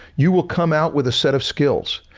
you will come out with a set of skills.